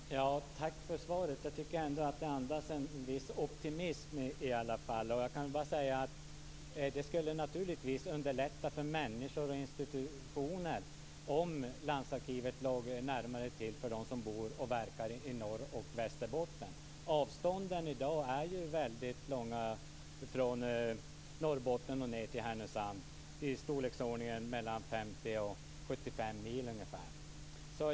Fru talman! Tack för svaret. Jag tycker att det andas en viss optimism i alla fall. Jag vill bara säga att det naturligtvis skulle underlätta för människor och institutioner om landsarkivet låg närmare till för dem som bor och verkar i Norr och Västerbotten. Avstånden från Norrbotten och ned till Härnösand är ju väldigt långa, i storleksordningen 50-75 mil.